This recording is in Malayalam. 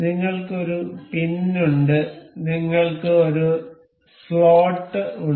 നിങ്ങൾക്ക് ഒരു പിൻ ഉണ്ട് നിങ്ങൾക്ക് ഒരു സ്ലോട്ട് ഉണ്ട്